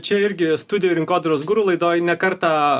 čia irgi studijoj rinkodaros guru laidoj ne kartą